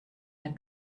der